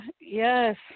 Yes